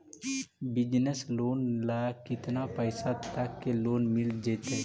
Business loan ल केतना पैसा तक के लोन मिल जितै?